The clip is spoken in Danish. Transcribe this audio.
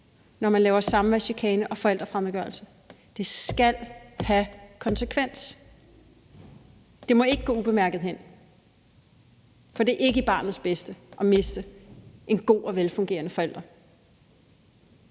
når man laver samværschikane og forældrefremmedgørelse. Det skal have konsekvenser. Det må ikke gå ubemærket hen, for det er ikke til barnets bedste at miste en god og velfungerende forælder.